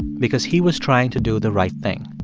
because he was trying to do the right thing.